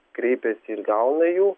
kreipiasi ir gauna jau